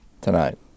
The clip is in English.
tonight